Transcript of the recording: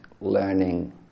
learning